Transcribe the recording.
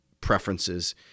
preferences